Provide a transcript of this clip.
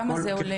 כמה זה עולה?